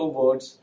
words